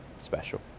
special